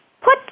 put